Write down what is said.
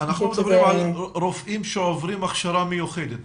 אנחנו מדברים על רופאים שעוברים הכשרה מיוחדת,